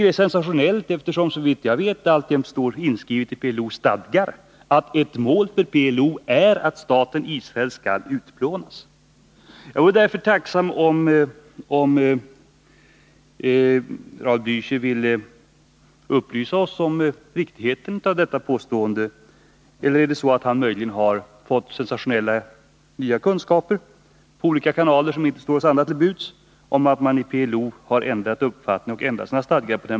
Det är sensationellt, eftersom det, såvitt jag vet, alltjämt står inskrivet i PLO:s stadgar att ett mål för PLO är att staten Israel skall utplånas. Jag vore därför tacksam om Raul Blächer ville upplysa oss om riktigheten i detta påstående. Eller har han möjligen fått sensationella, nya kunskaper genom olika kanaler som inte står oss andra till buds om att PLO på denna punkt har ändrat sina stadgar?